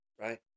right